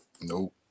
Nope